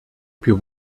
più